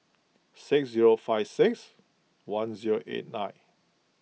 six zero five six one zero eight nine